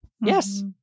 Yes